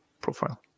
profile